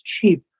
cheap